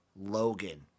Logan